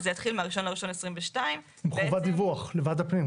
וזה יתחיל מה-1 בינואר 2022. עם חובת דיווח לוועדת הפנים,